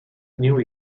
new